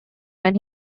when